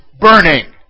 burning